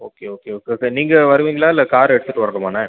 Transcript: okay okay okay okay நீங்கள் வருவீங்களா இல்லை காரை எடுத்துகிட்டு வரணுமாண்ணே